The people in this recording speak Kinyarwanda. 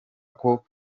kuko